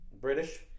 British